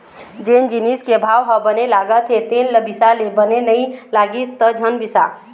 जेन जिनिस के भाव ह बने लागत हे तेन ल बिसा ले, बने नइ लागिस त झन बिसा